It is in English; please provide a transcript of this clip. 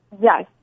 Yes